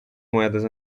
moedas